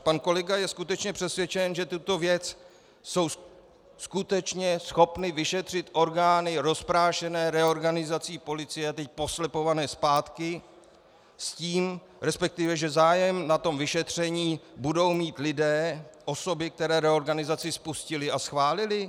Pan kolega je skutečně přesvědčen, že tuto věc jsou skutečně schopny vyšetřit orgány rozprášené reorganizací policie a teď poslepované zpátky s tím, že zájem na tom vyšetření budou mít lidé, osoby, které reorganizaci spustily a schválily?